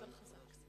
אתה, אדוני היושב-ראש,